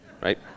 Right